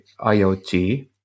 IoT